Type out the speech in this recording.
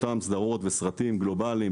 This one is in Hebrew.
אותם סדרות וסרטים גלובליים,